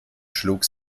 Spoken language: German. schlug